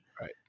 Right